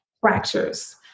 fractures